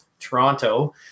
Toronto